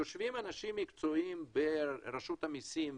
יושבים אנשים מקצועיים ברשות המסים,